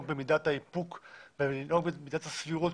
במידת האיפוק ולנהוג במידת הסבירות,